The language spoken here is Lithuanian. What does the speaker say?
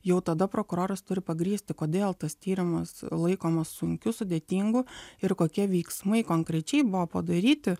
jau tada prokuroras turi pagrįsti kodėl tas tyrimas laikomas sunkiu sudėtingu ir kokie veiksmai konkrečiai buvo padaryti